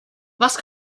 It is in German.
was